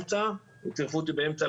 בכל נושא הקבורה הוא המשרד לשירותי דת,